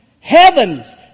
Heavens